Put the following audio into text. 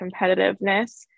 competitiveness